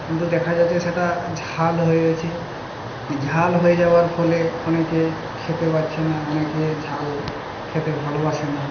কিন্তু দেখা যাচ্ছে সেটা ঝাল হয়ে গেছে ঝাল হয়ে যাওয়ার ফলে অনেকে খেতে পারছে না অনেকে ঝাল খেতে ভালোবাসে না